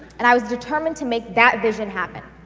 and i was determined to make that vision happen.